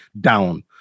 down